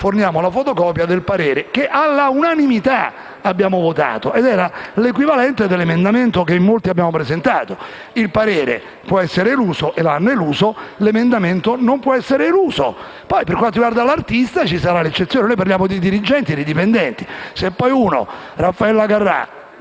forniamo la fotocopia del parere che all'unanimità abbiamo votato. Era l'equivalente dell'emendamento che in molti abbiamo presentato. Il parere può essere eluso ed è stato eluso; l'emendamento non può essere eluso. Per quanto riguarda l'artista ci sarà l'eccezione. Noi parliamo di dirigenti e dipendenti. Se Raffaella Carrà